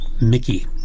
Mickey